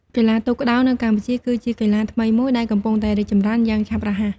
កីឡាទូកក្ដោងនៅកម្ពុជាគឺជាកីឡាថ្មីមួយដែលកំពុងតែរីកចម្រើនយ៉ាងឆាប់រហ័ស។